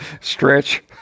Stretch